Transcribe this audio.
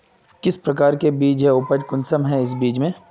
किस प्रकार के बीज है उपज कुंसम है इस बीज में?